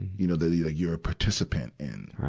you know, that you, you're a participant in,